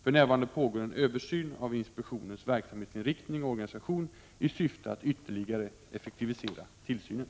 För närvarande pågår en översyn av inspektionens verksamhetsinriktning och organisation i syfte att ytterligare effektivisera tillsynen.